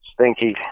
stinky